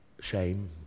Shame